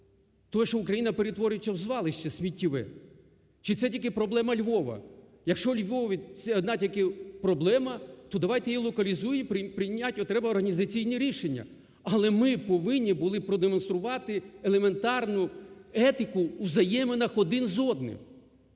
того, що Україна перетвориться у звалище сміттєве. Чи це тільки проблема Львова? Якщо Львів це одна тільки проблема, то давайте її локалізуємо, прийняти треба організаційні рішення. Але ми повинні були продемонструвати елементарну етику у взаєминах один з одним.